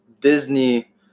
Disney